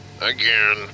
again